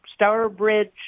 Starbridge